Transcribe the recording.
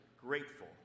grateful